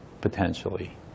potentially